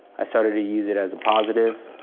i started to use it as a positive.